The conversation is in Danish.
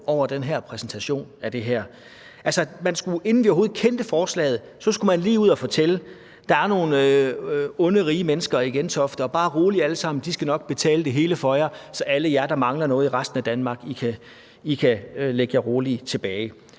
over den præsentation af det her. Altså, inden vi overhovedet kendte forslaget, så skulle man lige ud og fortælle, at der er nogle onde, rige mennesker i Gentofte, og bare rolig alle sammen, de skal nok betale det hele for jer, så alle jer, der mangler noget i resten af Danmark kan læne jer roligt tilbage.